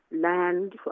land